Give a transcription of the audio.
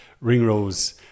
Ringrose